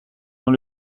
dans